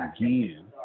again